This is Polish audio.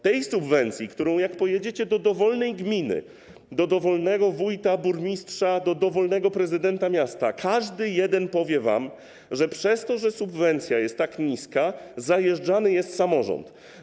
Tej subwencji, co do której, gdy pojedziecie do dowolnej gminy, do dowolnego wójta, burmistrza, do dowolnego prezydenta miasta, każdy jeden powie wam, że przez to, że subwencja jest tak niska, zajeżdżany jest samorząd.